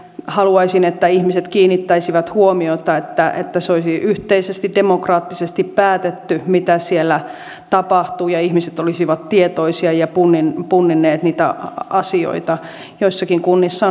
haluaisin että ihmiset kiinnittäisivät huomiota että että se olisi yhteisesti demokraattisesti päätetty mitä siellä tapahtuu ja ihmiset olisivat tietoisia ja punninneet punninneet niitä asioita joissakin kunnissa